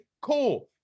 cool